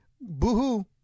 Boo-hoo